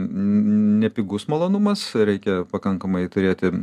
nepigus malonumas reikia pakankamai turėti